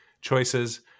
choices